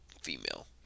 female